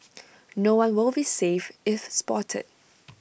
no one will be safe if spotted